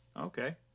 Okay